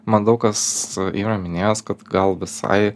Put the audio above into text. man daug kas yra minėjęs kad gal visai